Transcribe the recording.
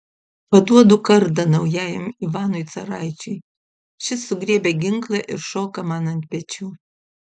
paduodu kardą naujajam ivanui caraičiui šis sugriebia ginklą ir šoka man ant pečių